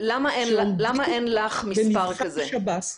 שעומדים במבחן שב"ס?